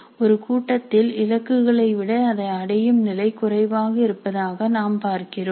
ஒரு கூட்டத்தில் இலக்குகளை விட அதை அடையும் நிலை குறைவாக இருப்பதாக நாம் பார்க்கிறோம்